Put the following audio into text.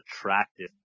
attractive